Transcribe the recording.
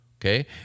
okay